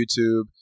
YouTube